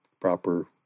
proper